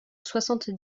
soixante